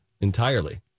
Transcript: entirely